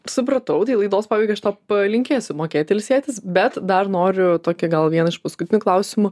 supratau tai laidos pabaigai aš palinkėsiu mokėti ilsėtis bet dar noriu tokį gal vieną iš paskutinių klausimų